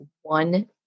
one